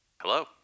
Hello